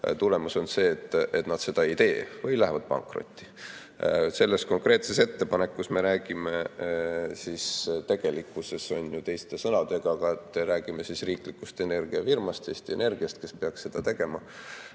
Tulemus on see, et nad seda ei tee või lähevad pankrotti. Selles konkreetses ettepanekus me räägime tegelikkuses teiste sõnadega, aga räägime riiklikust energiafirmast, Eesti Energiast, kes peaks seda tegema.